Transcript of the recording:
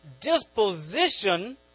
disposition